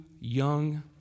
young